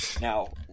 Now